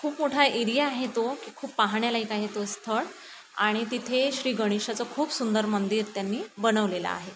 खूप मोठा एरिया आहे तो की खूप पाहण्यालायक आहे तो स्थळ आणि तिथे श्री गणेशाचं खूप सुंदर मंदिर त्यांनी बनवलेला आहे